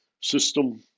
system